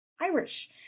Irish